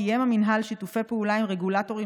קיים המינהל שיתופי פעולה עם רגולטורים